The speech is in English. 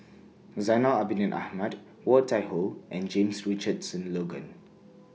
Zainal Abidin Ahmad Woon Tai Ho and James Richardson Logan